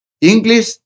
English